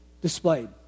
displayed